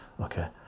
Okay